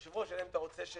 היושב-ראש, אלא אם אתה רוצה ש